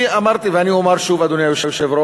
אני אמרתי ואני אומר שוב, אדוני היושב-ראש,